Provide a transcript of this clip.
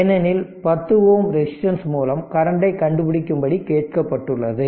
ஏனெனில் 10 Ω ரெசிஸ்டன்ஸ் மூலம் கரண்டை கண்டுபிடிக்கும்படி கேட்கப்பட்டுள்ளது